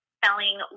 selling